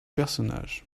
personnages